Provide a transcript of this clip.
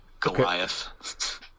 Goliath